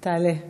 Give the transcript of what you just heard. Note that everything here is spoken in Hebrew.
תעלה.